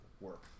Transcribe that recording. work